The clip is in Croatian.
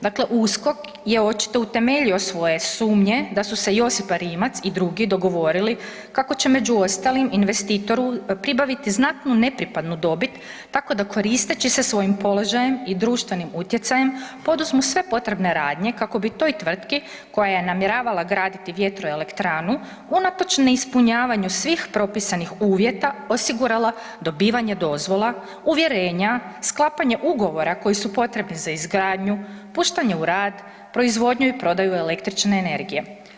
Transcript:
Dakle, USKOK je očito utemeljio svoje sumnje da su se Josipa Rimac i drugi dogovorili kako će među ostalim investitoru pribaviti znatnu nepripadnu dobit tako da koristeći se svojim položajem i društvenim utjecajem poduzmu sve potrebne radnje kako bi toj tvrtki koja je namjeravala graditi VE unatoč ne ispunjavanju svih propisanih uvjeta osigurala dobivanje dozvola, uvjerenja, sklapanje ugovora koji su potrebni za izgradnju, puštanje u rad, proizvodnju i prodaju električne energije.